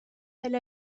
elle